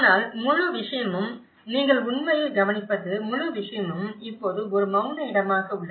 ஆனால் முழு விஷயமும் நீங்கள் உண்மையில் கவனிப்பது முழு விஷயமும் இப்போது ஒரு மவுன இடமாக உள்ளது